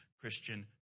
Christian